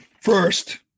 first